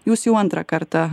jūs jau antrą kartą